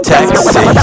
Taxi